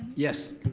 yes?